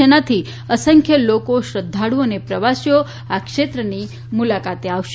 જેનાથી અસંખ્ય લોકો શ્રદ્વાળુઓ અને પ્રવાસીઓ આ ક્ષેત્રની મુલાકાતે આવશે